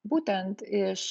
būtent iš